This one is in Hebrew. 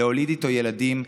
להוליד איתו ילדים,